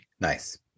Nice